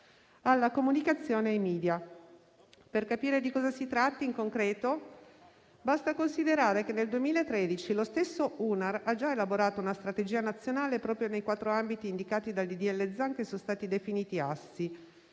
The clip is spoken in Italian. alla comunicazione e ai media. Per capire di cosa si tratti in concreto, basta considerare che nel 2013 lo stesso UNAR ha già elaborato una strategia nazionale proprio nei quattro ambiti indicati dal disegno di legge Zan che sono stati definiti assi: